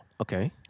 Okay